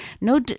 no